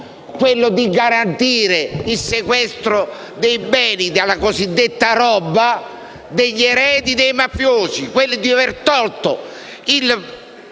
quello di garantire il sequestro dei beni (la cosiddetta "roba") degli eredi dei mafiosi, quello di aver tolto il